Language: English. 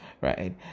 right